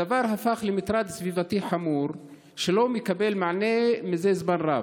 הדבר הפך למטרד סביבתי חמור שלא מקבל מענה זה זמן רב.